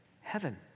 Heaven